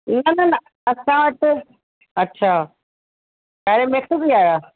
न न न असां वटि अच्छा तव्हांजा मिस थी विया हुया